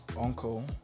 uncle